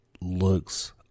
looks